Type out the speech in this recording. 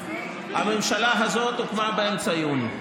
הממשלה הזאת הוקמה באמצע יוני,